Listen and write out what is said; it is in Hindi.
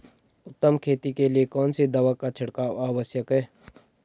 उत्तम खेती के लिए कौन सी दवा का छिड़काव आवश्यक है?